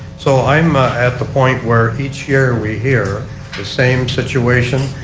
so i'm at the point where each year we hear the same situation.